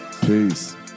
peace